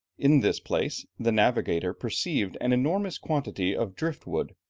in this place, the navigator perceived an enormous quantity of drift wood,